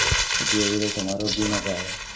उपयोगिता समारोह बीमा क्या है?